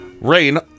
Rain